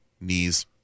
knees